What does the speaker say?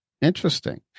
Interesting